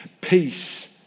peace